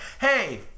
hey